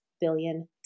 billion